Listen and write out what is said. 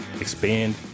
expand